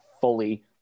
fully